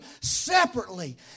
separately